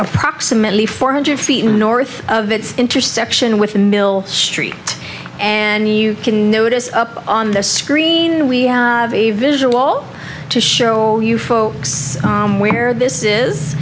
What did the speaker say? approximately four hundred feet in the north of the intersection with the mill street and you can notice up on the screen we have a visual to show you folks where this